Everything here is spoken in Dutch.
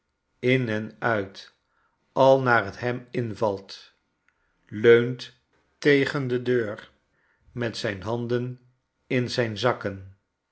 in en uit al naar t hem invalt leunt tegen de deur met zijn handen in zijn zakken